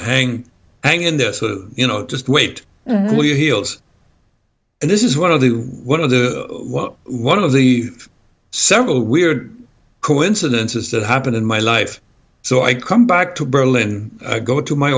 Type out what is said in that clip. hang hang in there sort of you know just wait your heels and this is one of the one of the one of the several weird coincidences that happened in my life so i come back to berlin go to my